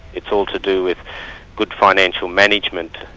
it's all to do with good financial management'.